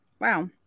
Wow